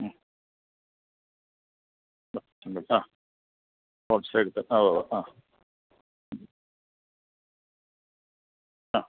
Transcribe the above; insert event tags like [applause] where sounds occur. ആ ആ [unintelligible] ഉണ്ട് ട്ടാ റോഡ്സൈഡ്ത്തെ അ ഉവ് ഉവ് ആ ആ